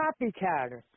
copycat